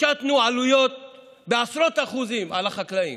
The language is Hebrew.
השתנו עלויות בעשרות אחוזים על החקלאים.